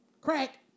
Crack